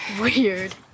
Weird